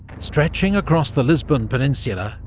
stretching across the lisbon peninsula,